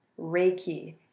Reiki